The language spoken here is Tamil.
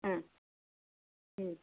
ம் ம்